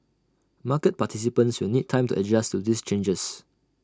market participants will need time to adjust to these changes